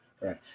Right